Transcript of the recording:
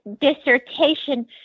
dissertation